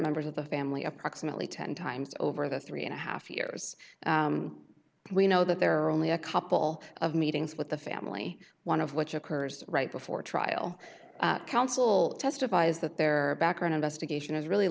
members of the family approximately ten times over the three and a half years we know that there are only a couple of meetings with the family one of which occurs right before trial counsel testifies that their background investigation is really